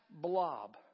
blob